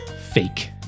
fake